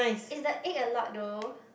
is the egg a lot though